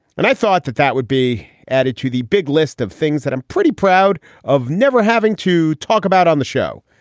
and i thought that that would be added to the big list of things that i'm pretty proud of never having to talk about on the show.